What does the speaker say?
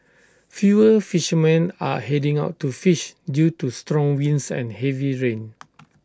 fewer fishermen are heading out to fish due to strong winds and heavy rain